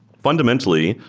fundamentally,